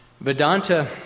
Vedanta